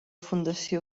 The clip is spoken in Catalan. fundació